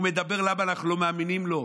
הוא מדבר למה אנחנו לא מאמינים לו?